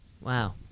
Wow